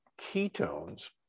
ketones